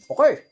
Okay